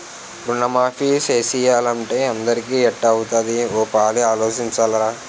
రుణమాఫీ సేసియ్యాలంటే అందరికీ ఎట్టా అవుతాది ఓ పాలి ఆలోసించరా